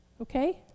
okay